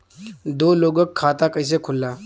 दो लोगक खाता कइसे खुल्ला?